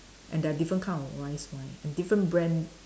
and there are different kind of rice wine and different brand